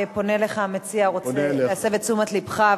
פונה אליך המציע ורוצה להסב את תשומת לבך,